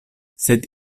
sed